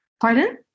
Pardon